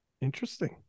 Interesting